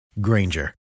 Granger